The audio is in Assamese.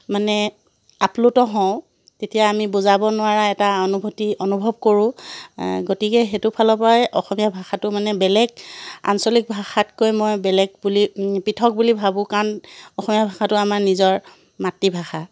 মানে আপ্লুত হওঁ তেতিয়া আমি বুজাব নোৱাৰা এটা অনুভূতি অনুভৱ কৰোঁ গতিকে সেইটো ফালৰ পৰাই অসমীয়া ভাষাটো মানে বেলেগ আঞ্চলিক ভাষাতকৈ মই বেলেগ বুলি পৃথক বুলি ভাবোঁ কাৰণ অসমীয়া ভাষাটো আমাৰ নিজৰ মাতৃভাষা